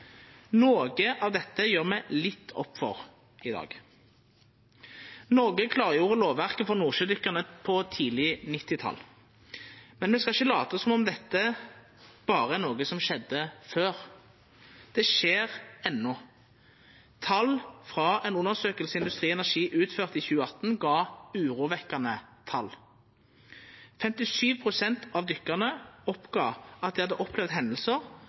Noko av dette gjer me litt opp for i dag. Noreg klargjorde lovverket for nordsjødykkarane tidleg på 1990-talet, men me skal ikkje lata som om dette berre er noko som skjedde før. Det skjer enno. Ei undersøking Industri Energi utførte i 2018, gav urovekkjande tal. 57 pst. av dykkarane sa at dei hadde opplevd